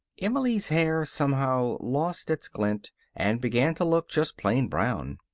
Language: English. emily's hair, somehow, lost its glint and began to look just plain brown.